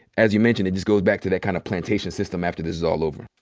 as you mentioned, it just goes back to that kind of plantation system after this is all over?